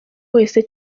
wese